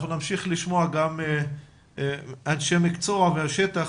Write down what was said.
נמשיך לשמוע גם אנשי מקצוע מהשטח.